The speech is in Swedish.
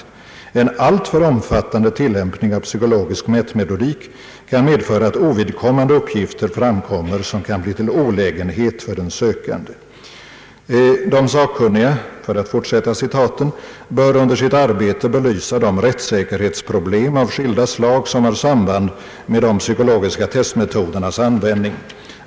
Därefter heter det: »En alltför omfattande tillämpning av Psykologisk mätmetodik kan medföra att ovidkommande uppgifter framkommer som kan bli till olägenhet för den sökande.» »De sakkunniga», för att fortsätta citatet, »bör under sitt arbete belysa de rättssäkerhetsproblem av skilda slag som har samband med de psykologiska testmetodernas användning.